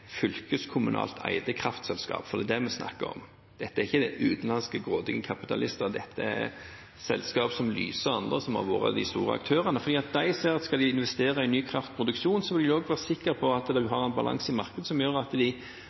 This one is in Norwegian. fylkeskommunalt eide kraftselskap, for det er det vi snakker om. Dette er ikke utenlandske, grådige kapitalister, dette er selskap som Lyse og andre, som har vært de store aktørene. For de ser at skal de investere i ny kraftproduksjon, vil de også være sikre på at en har en balanse i markedet som gjør at de